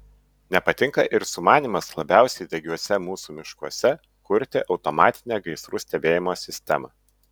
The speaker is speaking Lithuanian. nepatinka ir sumanymas labiausiai degiuose mūsų miškuose kurti automatinę gaisrų stebėjimo sistemą